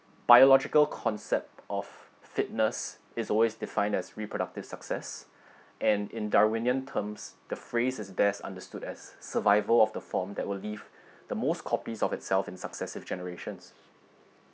biological concept of fitness is always defined as reproductive success and in darwinian terms the phrase is best understood as survival of the form that will leave the most copies of itself in successive generations